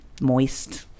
moist